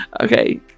Okay